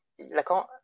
Lacan